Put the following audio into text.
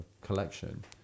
collection